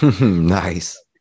nice